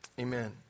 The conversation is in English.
Amen